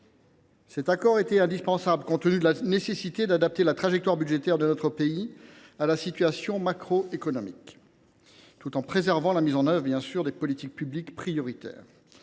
Cet accord était indispensable, compte tenu de la nécessité d’adapter notre trajectoire budgétaire à la situation macroéconomique de notre pays et de préserver la mise en œuvre des politiques publiques prioritaires.